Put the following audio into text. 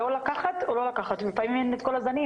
זה או לקחת או לא לקחת, ולפעמים אין את כל הזנים.